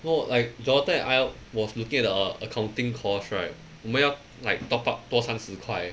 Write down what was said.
no like johnathan and I was looking at the uh accounting course right 我们要 like top up 多三十块